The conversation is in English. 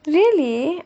really